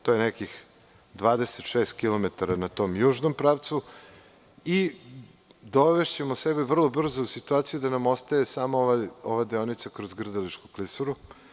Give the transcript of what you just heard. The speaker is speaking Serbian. To je nekih 26 kilometara na tom južnom pravcu i dovešćemo sebe vrlo brzo u situaciju da nam ostaje samo ova deonica kroz Grdeličku Klisuru.